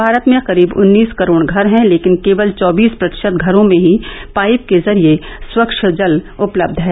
भारत में करीब उन्नीस करोड़ घर हैं लेकिन केवल चौबीस प्रतिशत घरों में ही पाइप के जरिये स्वच्छ जल उपलब्ध है